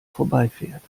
vorbeifährt